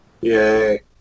Yay